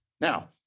Now